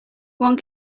one